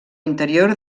interior